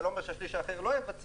זה לא אומר שהשליש האחר לא יבצע,